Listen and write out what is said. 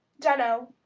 dun'no.